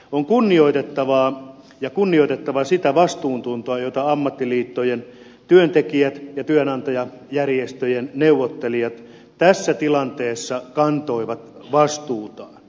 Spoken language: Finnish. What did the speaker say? on kunnioitettavaa on kunnioitettava sitä vastuuntuntoa miten ammattiliittojen työntekijät ja työnantajajärjestöjen neuvottelijat tässä tilanteessa kantoivat vastuutaan